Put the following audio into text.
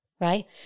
Right